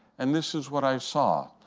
and this is what i saw.